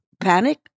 panic